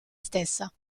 stessa